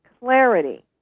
clarity